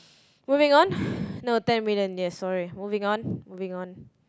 moving on no ten million yes sorry moving on moving on